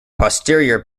posterior